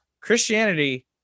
Christianity